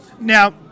now